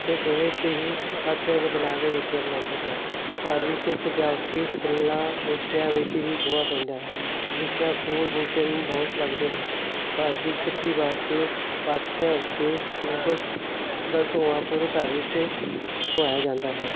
ਅਤੇ ਗੋਹੇ 'ਤੇ ਹੀ ਪਾਥੀਆਂ ਦੇ ਬਣਾ ਕੇ ਰੋਟੀਆਂ ਬਣਾਉਂਦੇ ਸਨ ਘਰ ਵਿੱਚ ਸਜਾਵਟੀ ਫੁੱਲਾਂ ਬੂਟੀਆਂ ਵਿੱਚ ਹੀ ਗੋਹਾ ਪੈਂਦਾ ਹੈ ਜਿਸ ਨਾਲ ਫੁੱਲ ਬੂਟੇ ਨੂੰ ਬਹੁਤ ਲੱਗਦੇ ਹਨ ਘਰ ਦੀ ਸ਼ੁੱਧੀ ਵਾਸਤੇ ਪਾਥੀਆਂ ਉੱਤੇ ਗੂਗਲ ਦਾ ਧੂੰਆਂ ਪੂਰੇ ਘਰ ਵਿੱਚ ਘੁੰਮਾਇਆ ਜਾਂਦਾ ਹੈ